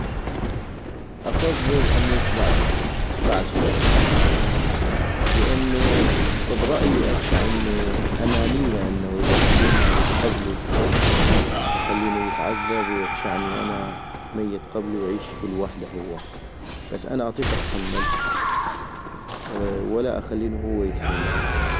افضل اموت بعدو ، بعد شريك الحياة - لانو برأيي اغشع انو انانية انو اذا اتمنى اموت قبلو واخلينو يتعذب ويغشعني أنا ميت قبلو ويعيش بالوحدة هو - بس أنا اطيق أتحمل ولا اخلينو هو يتحمل